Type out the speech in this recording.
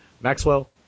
Maxwell